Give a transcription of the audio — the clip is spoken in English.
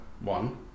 one